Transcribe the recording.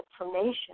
information